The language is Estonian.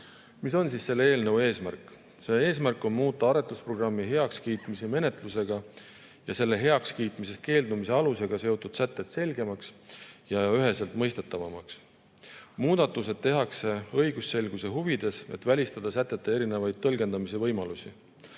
Mis on selle eelnõu eesmärk? Eesmärk on muuta aretusprogrammi heakskiitmise menetlusega ja selle heakskiitmisest keeldumise alusega seotud sätted selgemaks ja üheselt mõistetavaks. Muudatused tehakse õigusselguse huvides, et välistada sätete erinevaid tõlgendamise võimalusi.